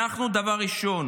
דבר ראשון